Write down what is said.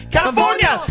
California